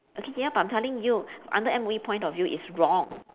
okay ya but I'm telling you under M_O_E point of view it's wrong